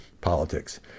politics